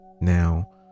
Now